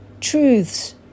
truths